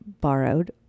borrowed